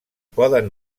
poden